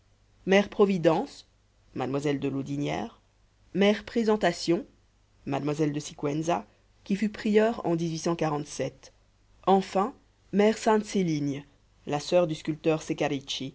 mère providence mlle de laudinière mère présentation mlle de siguenza qui fut prieure en enfin mère sainte céligne la soeur du sculpteur